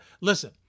listen